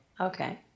Okay